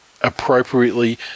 appropriately